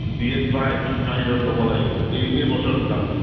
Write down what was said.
D S বা M S মাৰি ল'ব লাগিব এই এইবছটোৰ কাৰণে